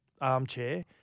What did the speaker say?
armchair